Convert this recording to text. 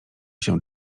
się